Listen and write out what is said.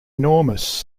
enormous